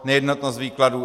Nejednotnost výkladu.